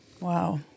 Wow